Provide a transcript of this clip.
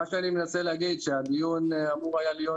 מה שאני מנסה להגיד שהדיון אמור היה להיות